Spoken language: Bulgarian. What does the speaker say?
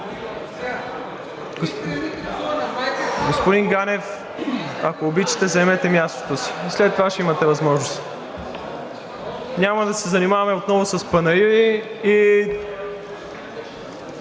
Господин Ганев, ако обичате, заемете мястото си, след това ще имате възможност. Няма отново да се занимаваме с панаири и